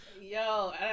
Yo